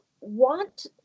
want